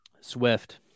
Swift